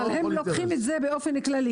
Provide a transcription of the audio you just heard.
אבל הם לוקחים את זה באופן כללי.